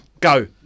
go